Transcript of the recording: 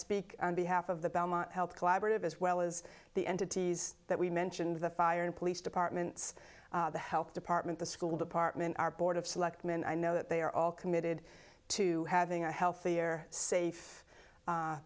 speak on behalf of the bama health collaborative as well as the entities that we mentioned the fire and police departments the health department the school department our board of selectmen i know that they are all committed to having a healthier safe